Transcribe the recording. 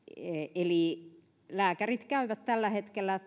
eli lääkärit tekevät tällä hetkellä